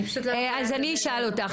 אני פשוט לא --- אז אני אשאל אותך,